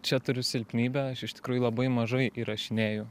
čia turiu silpnybę aš iš tikrųjų labai mažai įrašinėju